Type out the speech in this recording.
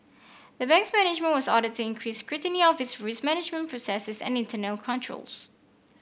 the bank's management was ordered to increase scrutiny of its risk management processes and internal controls